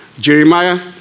Jeremiah